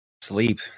sleep